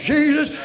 Jesus